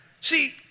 See